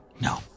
no